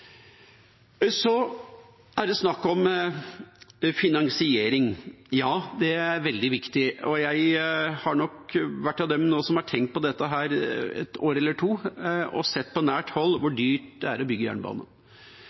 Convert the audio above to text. Så er det snakk om finansiering. Ja, det er veldig viktig. Jeg har nok vært av dem som har tenkt på dette et år eller to og sett på nært hold hvor dyrt det er å bygge jernbane.